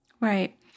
Right